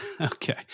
Okay